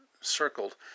circled